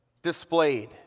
displayed